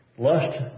Lust